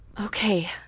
Okay